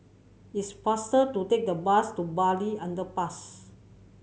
it's faster to take the bus to Bartley Underpass